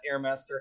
Airmaster